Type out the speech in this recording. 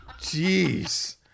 Jeez